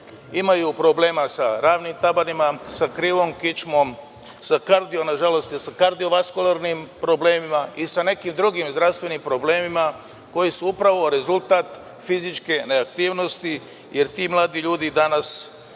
imaju problema sa ravnim tabanima, sa krivom kičmom, sa kardio-vaskularnim problemima i sa nekim drugim zdravstvenim problemima koji su upravo rezultat fizičke neaktivnosti, jer ti mladi ljudi danas,